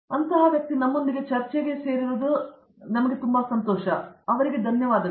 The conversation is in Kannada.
ಆದ್ದರಿಂದ ನಮ್ಮೊಂದಿಗೆ ಚರ್ಚೆಗೆ ಸೇರಲು ಧನ್ಯವಾದಗಳು